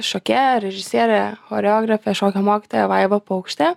šokėja režisierė choreografė šokio mokytoja vaiva paukštė